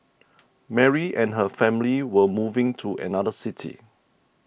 Mary and her family were moving to another city